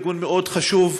ארגון מאוד חשוב,